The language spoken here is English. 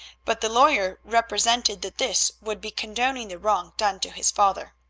but the lawyer represented that this would be condoning the wrong done to his father.